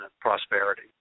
prosperity